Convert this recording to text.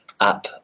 app